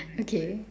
okay